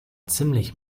ziemlich